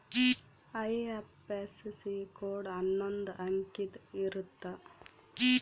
IFSC code ಅನ್ನೊಂದ್ ಅಂಕಿದ್ ಇರುತ್ತ